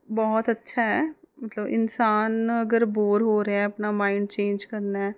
ਬਹੁਤ ਅੱਛਾ ਹੈ ਮਤਲਬ ਇਨਸਾਨ ਅਗਰ ਬੋਰ ਹੋ ਰਿਹਾ ਆਪਣਾ ਮਾਈਡ ਚੇਂਜ ਕਰਨਾ ਹੈ